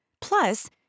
Plus